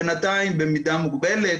בינתיים במידה מוגבלת,